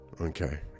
Okay